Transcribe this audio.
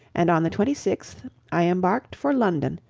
and on the twenty sixth i embarked for london,